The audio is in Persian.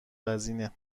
وزینه